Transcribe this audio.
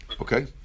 Okay